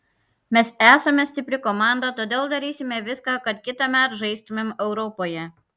mes esame stipri komanda todėl darysime viską kad kitąmet žaistumėm europoje